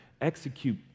execute